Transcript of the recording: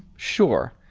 sure.